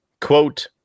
quote